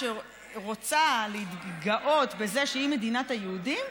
שרוצה להתגאות בזה שהיא מדינת היהודים,